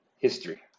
history